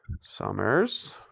Summers